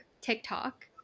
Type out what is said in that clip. TikTok